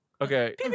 Okay